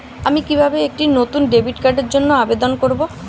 আমি কিভাবে একটি নতুন ডেবিট কার্ডের জন্য আবেদন করব?